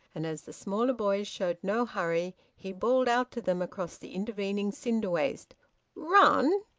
and as the smaller boys showed no hurry he bawled out to them across the intervening cinder-waste run!